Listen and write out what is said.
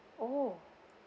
oh